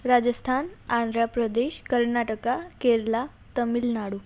Rajasthan Andhra Pradesh Karnataka Kerala Tamil Nadu